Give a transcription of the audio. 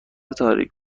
تاریک